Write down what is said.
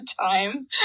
time